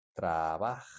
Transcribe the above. trabaja